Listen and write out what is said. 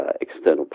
external